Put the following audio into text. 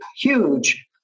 huge